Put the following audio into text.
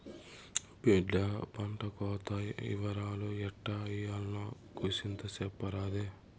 బిడ్డా పంటకోత ఇవరాలు ఎట్టా ఇయ్యాల్నో కూసింత సెప్పరాదే